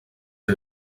you